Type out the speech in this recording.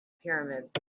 pyramids